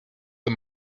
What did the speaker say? the